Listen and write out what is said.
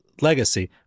legacy